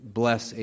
bless